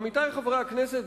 עמיתי חברי הכנסת,